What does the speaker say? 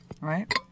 Right